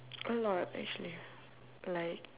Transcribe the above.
a lot actually like